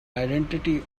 identity